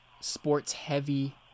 sports-heavy